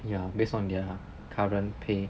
ya based on their current pay